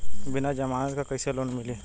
बिना जमानत क कइसे लोन मिली?